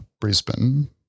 Brisbane